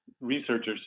researchers